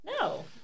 No